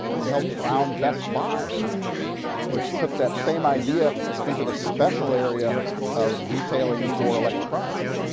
they helped found best buy which took that same idea into the special area of retailing for electronics.